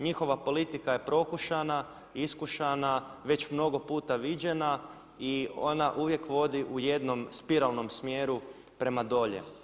Njihova politika je prokušana, iskušana, već mnogo puta viđena i ona uvijek vodi u jednom spiralnom smjeru prema dolje.